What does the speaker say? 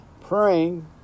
praying